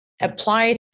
apply